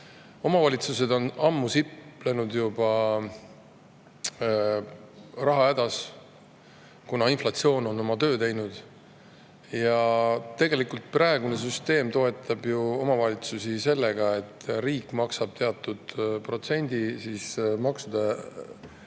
Omavalitsused on juba ammu sipelnud rahahädas, kuna inflatsioon on oma töö teinud. Tegelikult praegune süsteem toetab omavalitsusi sellega, et riik maksab teatud protsendi üksikisiku